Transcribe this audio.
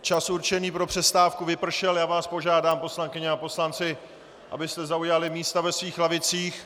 Čas určený pro přestávku vypršel a já vás požádám, poslankyně a poslanci, abyste zaujali místa ve svých lavicích.